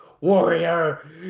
Warrior